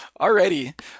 Alrighty